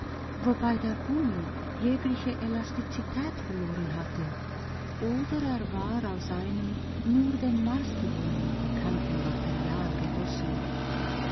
wobei der gummi jegliche elastizität verloren hatte oder er war aus einem nur den marsbewohnern bekannten material gegossen